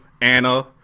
Anna